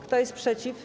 Kto jest przeciw?